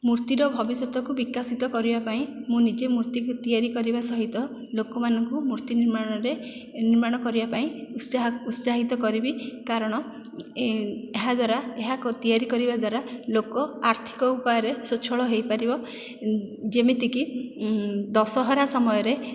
ମୂର୍ତ୍ତିର ଭବିଷ୍ୟତକୁ ବିକାଶିତ କରିବା ପାଇଁ ମୁଁ ନିଜେ ମୂର୍ତ୍ତିକି ତିଆରି କରିବା ସହିତ ଲୋକମାନଙ୍କୁ ମୂର୍ତ୍ତି ନିର୍ମାଣରେ ନିର୍ମାଣ କରିବା ପାଇଁ ଉତ୍ସାହ ଉତ୍ସାହିତ କରିବି କାରଣ ଏ ଏହାଦ୍ୱାରା ଏହାକୁ ତିଆରି କରିବା ଦ୍ୱାରା ଲୋକ ଆର୍ଥିକ ଉପାୟରେ ସ୍ୱଚ୍ଛଳ ହୋଇପାରିବ ଯେମିତିକି ଦଶହରା ସମୟରେ